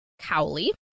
Cowley